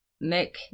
Nick